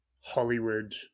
Hollywood